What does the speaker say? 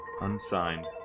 Unsigned